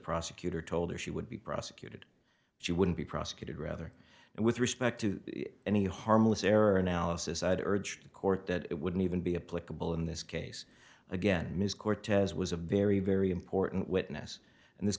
prosecutor told her she would be prosecuted she wouldn't be prosecuted rather and with respect to any harmless error analysis i would urge the court that it wouldn't even be a political in this case again ms cortez was a very very important witness and this